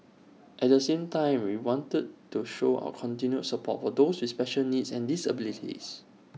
at the same time we want to show our continued support for those with special needs and disabilities